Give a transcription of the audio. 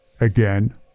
Again